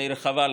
די רחבה.